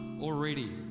already